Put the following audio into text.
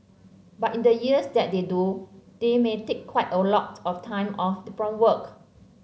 but in the years that they do they may take quite a lot of time off from work